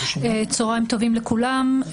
צוהריים טובים לכולם,